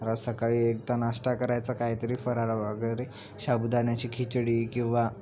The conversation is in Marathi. र सकाळी एकदा नाश्ता करायचा काहीतरी फराळाला वगैरे साबुदाण्याची खिचडी किंवा